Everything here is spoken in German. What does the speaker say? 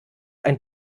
ein